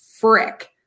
frick